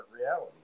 reality